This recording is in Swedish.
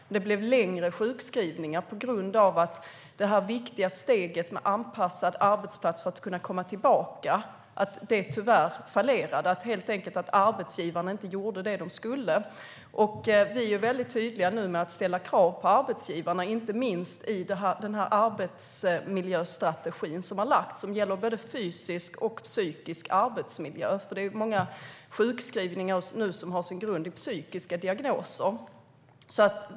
Men det blev längre sjukskrivningar på grund av att det viktiga steget med anpassad arbetsplats för att kunna komma tillbaka tyvärr fallerade. Arbetsgivarna gjorde helt enkelt inte det som de skulle. Det ställs nu tydliga krav på arbetsgivarna, inte minst i den framlagda arbetsmiljöstrategin som gäller både fysisk och psykisk arbetsmiljö, för det är ju många sjukskrivningar nu som har sin grund i psykiska diagnoser.